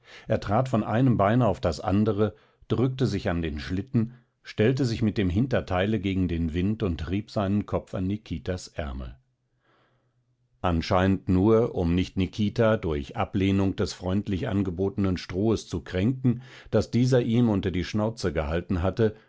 er trat von einem beine auf das andere drückte sich an den schlitten stellte sich mit dem hinterteile gegen den wind und rieb seinen kopf an nikitas ärmel anscheinend nur um nicht nikita durch ablehnung des freundlich angebotenen strohes zu kränken das dieser ihm unter die schnauze gehalten hatte